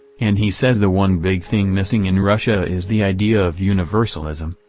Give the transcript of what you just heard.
and he says the one big thing missing in russia is the idea of universalism,